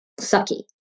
sucky